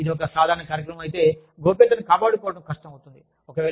ఒకవేళ ఇది ఒక సాధారణ కార్యక్రమం అయితే గోప్యతను కాపాడుకోవడం కష్టం అవుతుంది